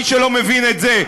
מי שלא מבין את זה,